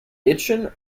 itchen